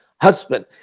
husband